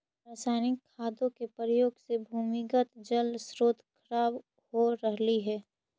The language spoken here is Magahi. रसायनिक खादों के प्रयोग से भूमिगत जल स्रोत खराब हो रहलइ हे